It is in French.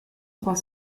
trois